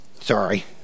Sorry